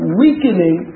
weakening